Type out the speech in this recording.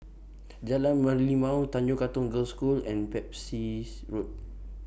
Jalan Merlimau Tanjong Katong Girls' School and Pepys Road